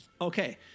Okay